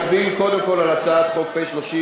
קודם כול מצביעים על הצעת חוק פ/30,